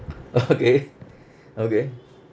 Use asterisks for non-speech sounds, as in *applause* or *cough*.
okay *laughs* okay